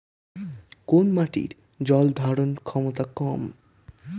কোন মাটির জল ধারণ ক্ষমতা কম?